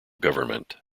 government